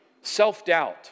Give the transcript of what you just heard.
self-doubt